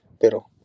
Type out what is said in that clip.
Pero